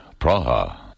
Praha